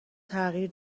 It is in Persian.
تغییر